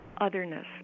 otherness